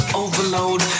overload